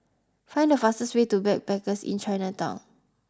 find the fastest way to Backpackers Inn Chinatown